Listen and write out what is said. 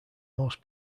most